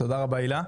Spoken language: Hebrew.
תודה רבה הילה.